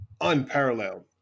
unparalleled